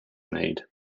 need